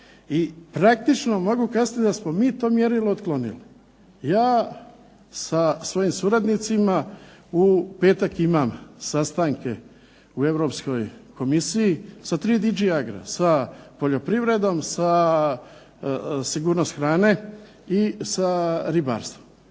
i praktično mogu kazati da smo mi to mjerilo otklonili. Ja sa svojim suradnicima u petak imam sastanke u Europskoj Komisiji sa 3 …/Ne razumije se./…, sa poljoprivredom, sa sigurnost hrane i sa ribarstvom.